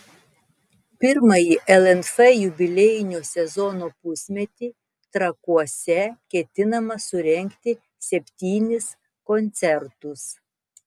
pirmąjį lnf jubiliejinio sezono pusmetį trakuose ketinama surengti septynis koncertus